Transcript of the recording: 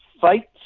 fights